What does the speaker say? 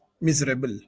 miserable